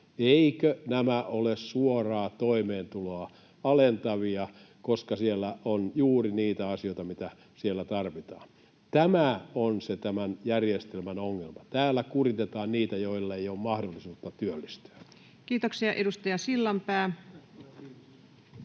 Eivätkö nämä ole suoraa toimeentuloa alentavia, koska siellä on juuri niitä asioita, mitä siellä tarvitaan? Tämä on se tämän järjestelmän ongelma. Tällä kuritetaan niitä, joilla ei ole mahdollisuutta työllistyä. [Speech 345] Speaker: